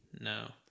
No